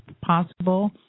possible